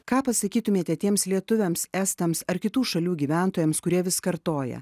ką pasakytumėte tiems lietuviams estams ar kitų šalių gyventojams kurie vis kartoja